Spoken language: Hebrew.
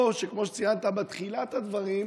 או כמו שציינת בתחילת הדברים,